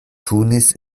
tunis